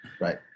Right